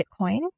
Bitcoin